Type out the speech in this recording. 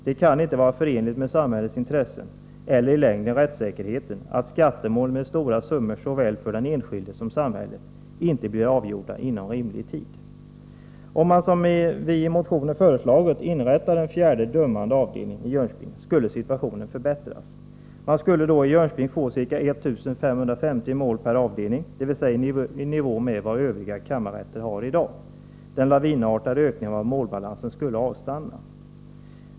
Det kan inte vara förenligt med samhällets intressen eller i längden rättssäkerheten att skattemål med stora summor på spel för såväl den enskilde som samhället inte blir avgjorda inom rimlig tid. Om man, som vi föreslagit i motionen, inrättar en fjärde dömande avdelning i Jönköping skulle situationen förbättras. Man skulle då i Jönköping få ca 1550 mål per avdelning, dvs. i nivå med vad övriga kammarrätter har i dag. Den lavinartade ökningen av målbalansen skulle avstanna.